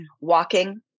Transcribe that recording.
walking